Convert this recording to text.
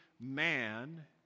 man